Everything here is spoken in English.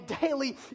daily